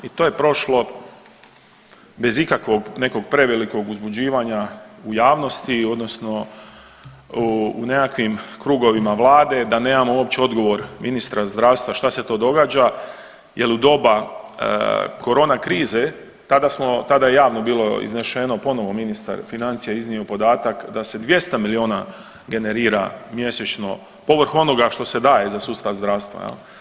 I to je prošlo bez ikakvog nekog prevelikog uzbuđivanja u javnosti, odnosno u nekakvim krugovima Vlade, da nemamo uopće odgovor ministra zdravstva šta se to događa jer u doba korona krize, tada smo, tada je javno bilo iznešeno ponovo ministar financija je iznio podatak da se 200 milijuna generira mjesečno, povrh onoga što se daje za sustav zdravstva, je li.